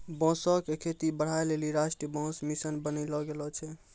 बांसो क खेती बढ़ाय लेलि राष्ट्रीय बांस मिशन बनैलो गेलो छै